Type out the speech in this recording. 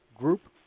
group